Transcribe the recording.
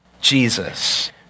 Jesus